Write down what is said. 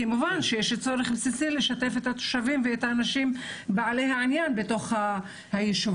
כמובן שיש צורך בסיסי לשתף את התושבים ואת בעלי העניין בתוך היישובים.